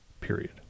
period